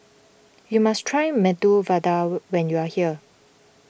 you must try Medu Vada when you are here